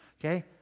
Okay